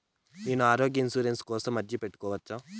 నేను ఆరోగ్య ఇన్సూరెన్సు కోసం అర్జీ పెట్టుకోవచ్చా?